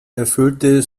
erfüllte